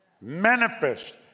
manifest